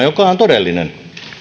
joka on todellinen